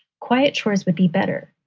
quiet chores would be better.